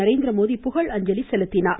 நரேந்திரமோடி புகழஞ்சலி செலுத்தினார்